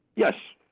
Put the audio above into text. yes,